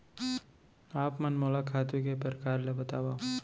आप मन मोला खातू के प्रकार ल बतावव?